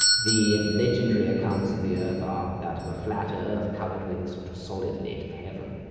the legendary accounts of the earth are that of a flat earth covered with a sort of solid lid of heaven.